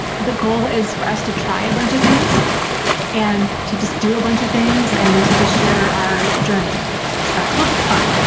the goal is for us to try a bunch of things and to just do a bunch of things and to just share our journey. so yeah it'll be fun.